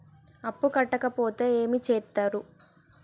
అప్పు కట్టకపోతే ఏమి చేత్తరు?